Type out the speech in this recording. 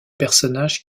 personnages